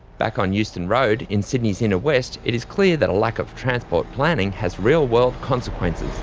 back on euston road, in sydney's inner west, it is clear that a lack of transport planning has real-world consequences.